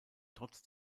trotz